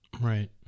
Right